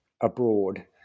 abroad